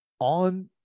on